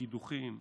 קידוחים,